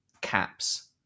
Caps